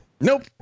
Nope